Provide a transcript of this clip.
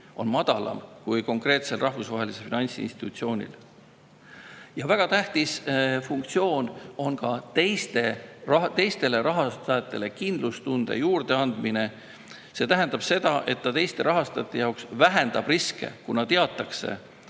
on madalam kui konkreetsel rahvusvahelisel finantsinstitutsioonil. Väga tähtis funktsioon on ka teistele rahastajatele kindlustunde juurdeandmine. See tähendab, et teiste rahastajate jaoks vähendatakse riske, kuna on teada,